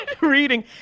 reading